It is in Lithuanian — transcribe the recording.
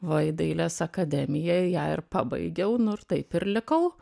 va į dailės akademiją ją ir pabaigiau nu ir taip ir likau